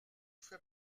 fait